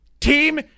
team